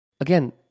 Again